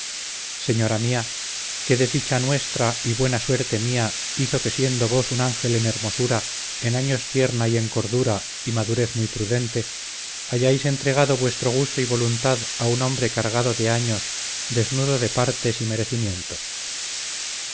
señora mía qué desdicha nuestra y buena suerte mía hizo que siendo vos un ángel en hermosura en años tierna y en cordura y madurez muy prudente hayáis entregado vuestro gusto y voluntad a un hombre cargado de años desnudo de partes y merecimientos que